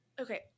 okay